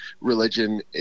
religion